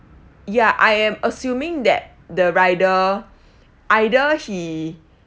ya I am assuming that the rider either he